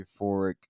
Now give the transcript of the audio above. euphoric